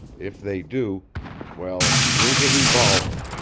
if they do well, here's a revolver.